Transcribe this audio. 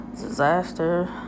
Disaster